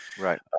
right